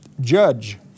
Judge